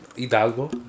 Hidalgo